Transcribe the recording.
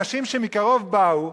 אנשים שמקרוב באו,